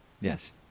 Yes